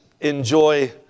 enjoy